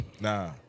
Nah